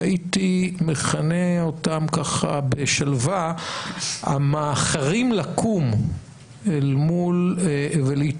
שהייתי מכנה אותם בשלווה המאחרים לקום ולהתעורר